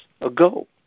ago